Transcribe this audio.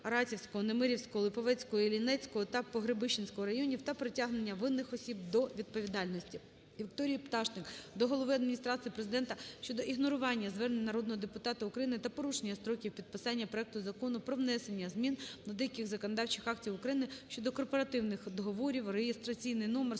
Немирівського, Липовецького, Іллінецького та Погребищенського районів та притягнення винних осіб до відповідальності. Вікторії Пташник до Глави Адміністрації Президента щодо ігнорування звернень народного депутата України та порушення строків підписання проекту Закону про внесення змін до деяких законодавчих актів України щодо корпоративних договорів, реєстраційний номер